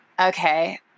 okay